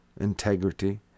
integrity